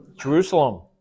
Jerusalem